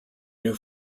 new